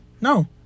No